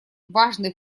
важный